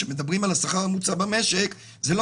שכשמדברים על השכר הממוצע במשק זה לא